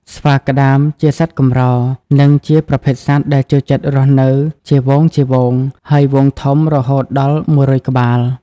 ស្វាក្ដាមជាសត្វកម្រ និងជាប្រភេទសត្វ ដែលចូលចិត្តរស់នៅជាហ្វូងៗ ហើយហ្វូងធំរហូតដល់១០០ ក្បាល។